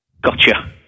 Gotcha